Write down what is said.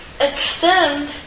extend